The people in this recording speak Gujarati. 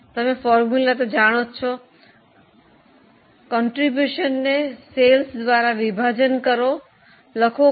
તમે સૂત્ર જાણો છો તે ફાળોને વેચાણ દ્વારા વિભાજન કરો લખો કે તે 0